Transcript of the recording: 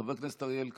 חבר הכנסת אריאל קלנר,